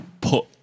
put